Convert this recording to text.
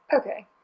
Okay